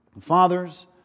Fathers